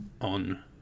on